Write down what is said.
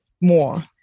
more